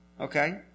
okay